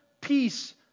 peace